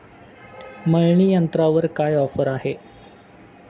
मळणी यंत्रावर काय ऑफर आहे?